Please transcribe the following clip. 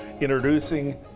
introducing